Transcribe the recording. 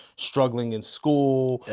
struggling in school,